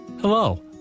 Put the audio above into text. Hello